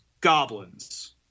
goblins